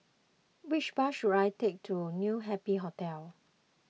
which bus should I take to New Happy Hotel